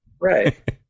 Right